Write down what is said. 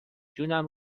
جونم